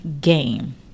game